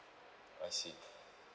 I see